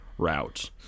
route